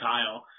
Kyle